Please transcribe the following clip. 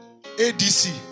ADC